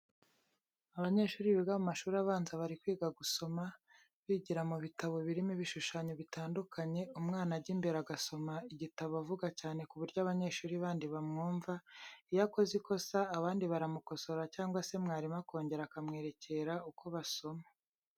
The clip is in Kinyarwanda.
Abanyeshuri biga mu mashuri abanza bari kwiga gusoma, bigira mu bitabo birimo ibishushanyo bitandukanye, umwana ajya imbere agasoma igitabo avuga cyane ku buryo abanyeshuri bandi bamwumva, iyo akoze ikosa abandi baramukosora cyangwa se mwarimu akongera akamwerekera uko basoma.